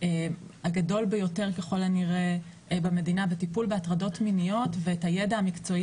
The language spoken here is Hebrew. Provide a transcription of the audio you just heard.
הגדול ביותר ככל הנראה במדינה בטיפול בהטרדות מיניות ואת הידע המקצועי